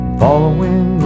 following